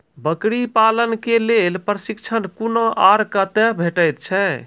बकरी पालन के लेल प्रशिक्षण कूना आर कते भेटैत छै?